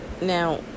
now